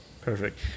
Perfect